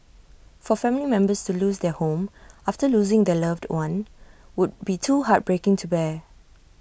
for family members to lose their home after losing their loved one would be too heartbreaking to bear